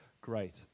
great